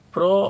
Pro